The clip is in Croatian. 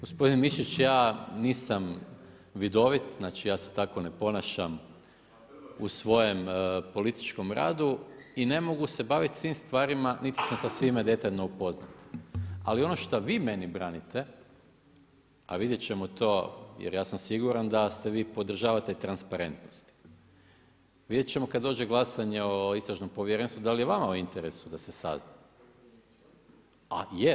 Gospodine Mišić, ja nisam vidovit znači ja se tako ne ponašam u svojem političkom radu i ne mogu se baviti svim stvarima niti sam sa svime detaljno upoznat, ali ono šta vi meni branite, a vidjet ćemo to jer ja sam siguran da vi podržavate transparentnost, vidjet ćemo kada dođe glasanje o istražnom povjerenstvu da li je vama u interesu da se sazna, a je.